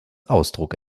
ausdruck